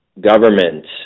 government